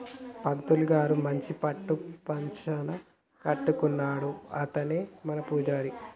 పంతులు గారు మంచి పట్టు పంచన కట్టుకున్నాడు కదా అతనే మన పూజారి